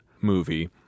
movie